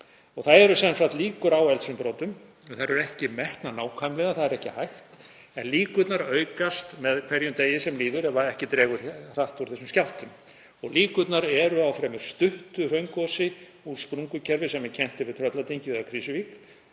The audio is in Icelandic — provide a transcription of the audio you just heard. Það eru sem sagt líkur á eldsumbrotum en þær eru ekki metnar nákvæmlega, það er ekki hægt. En líkurnar aukast með hverjum degi sem líður ef ekki dregur hratt úr þessum skjálftum. Líkurnar eru á fremur stuttu hraungosi úr sprungukerfi sem kennt er við Trölladyngju eða Krýsuvík